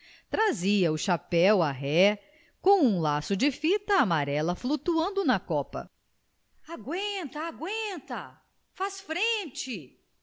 trazia o chapéu à ré com um laço de fita amarela flutuando na copa agüenta agüenta faz frente